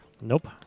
Nope